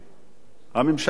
הממשלה היא הכתובת.